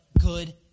good